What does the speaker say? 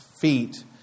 feet